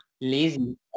lazy